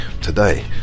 today